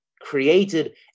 created